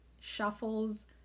shuffles